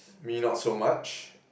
me not so much